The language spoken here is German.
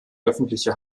öffentliche